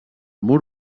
mur